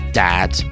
dad